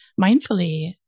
mindfully